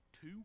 two